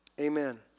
Amen